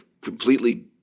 completely